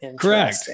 Correct